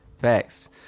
Facts